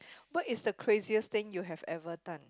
what is the craziest thing you have ever done